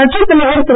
கட்சித் தலைவர் திரு